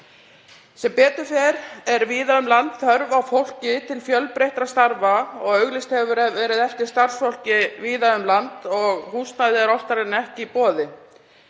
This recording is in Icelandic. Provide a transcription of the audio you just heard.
Sem betur fer er víða um land þörf á fólki til fjölbreyttra starfa. Auglýst hefur verið eftir starfsfólki víða um land og húsnæði er oftar en ekki í boði.